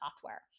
software